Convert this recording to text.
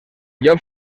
llop